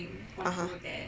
(uh huh)